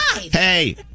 Hey